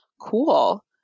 Cool